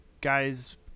Guy's –